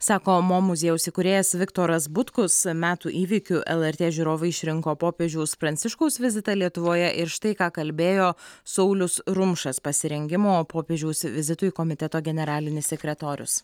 sako mo muziejaus įkūrėjas viktoras butkus metų įvykiu lrt žiūrovai išrinko popiežiaus pranciškaus vizitą lietuvoje ir štai ką kalbėjo saulius rumšas pasirengimo popiežiaus vizitui komiteto generalinis sekretorius